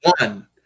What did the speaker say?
One